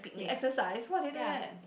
you exercise what do you do there